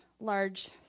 large